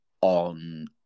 on